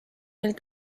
mil